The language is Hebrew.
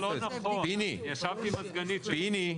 ישבתי עם הסגנית --- פיני,